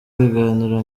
ibiganiro